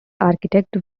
architect